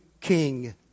King